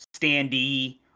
standee